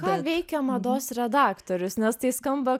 ką veikia mados redaktorius nes tai skamba